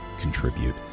contribute